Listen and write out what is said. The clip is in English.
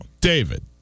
David